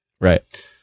right